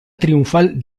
triunfal